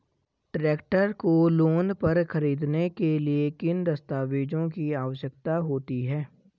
Tractor को loan पर खरीदने के लिए किन दस्तावेज़ों की आवश्यकता होती है?